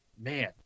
man